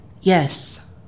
Yes